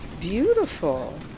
Beautiful